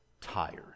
tired